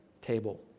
table